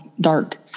dark